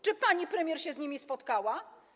Czy pani premier się z nimi spotkała?